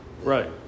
Right